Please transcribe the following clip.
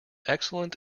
excellent